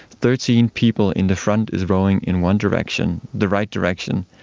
thirteen people in the front is rowing in one direction, the right direction,